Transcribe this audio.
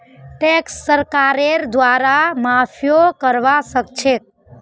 tax सरकारेर द्वारे माफियो करवा सख छ